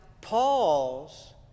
Paul's